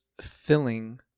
filling